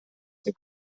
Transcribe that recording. poi